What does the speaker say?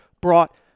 brought